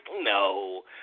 no